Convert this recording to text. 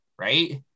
right